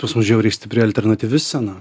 pas mus mus žiauriai stipri alternatyvi scena